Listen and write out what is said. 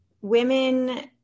women